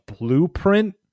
blueprint